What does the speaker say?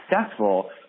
successful